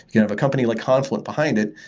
kind of a company like confluent behind it,